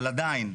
אבל עדיין,